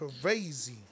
Crazy